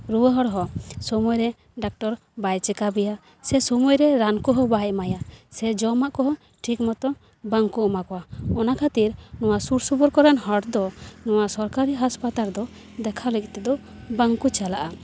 ᱨᱩᱣᱟᱹ ᱦᱚᱲ ᱦᱚᱸ ᱥᱳᱢᱳᱭ ᱨᱮ ᱰᱟᱠᱴᱚᱨ ᱵᱟᱭ ᱪᱮᱠᱟᱯ ᱮᱭᱟ ᱥᱮ ᱥᱳᱢᱳᱭ ᱨᱮ ᱨᱟᱱ ᱠᱚᱦᱚᱸ ᱵᱟᱭ ᱮᱢᱟᱭᱟ ᱥᱮ ᱡᱚᱢᱟᱜ ᱠᱚᱦᱚᱸ ᱴᱷᱤᱠ ᱢᱚᱛᱚ ᱵᱟᱝ ᱠᱚ ᱮᱢᱟ ᱠᱚᱣᱟ ᱚᱱᱟ ᱠᱷᱟᱹᱛᱤᱨ ᱱᱚᱣᱟ ᱥᱩᱨ ᱥᱩᱯᱩᱨ ᱠᱚᱨᱮᱱ ᱦᱚᱲ ᱫᱚ ᱱᱚᱣᱟ ᱥᱚᱨᱠᱟᱨᱤ ᱦᱟᱥᱯᱟᱛᱟᱞ ᱨᱮᱫᱚ ᱫᱮᱠᱷᱟᱣ ᱞᱟᱹᱜᱤᱫ ᱛᱮᱫᱚ ᱵᱟᱝ ᱠᱚ ᱪᱟᱞᱟᱜᱼᱟ